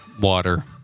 water